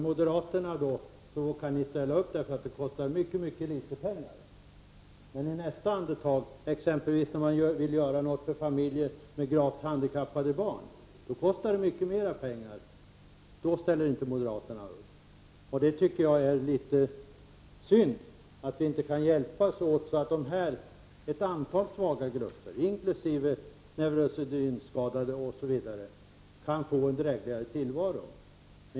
Moderater:.a kun ställa upp därför att det kostar mycket litet pengar, men i nästa andetag, exempelvis när man vill göra något för familjer med gravt handikappade barn och det kostar mycket mer pengar, ställer moderaterna int? upp. Det är litet synd att vi inte kan hjälpas åt så att ett antal svaga grupper, inkl. de neurosedynskadade, kan få en drägligare tillvaro.